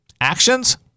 Actions